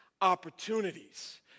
opportunities